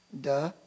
duh